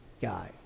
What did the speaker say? guy